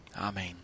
Amen